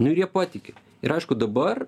nu ir jie patiki ir aišku dabar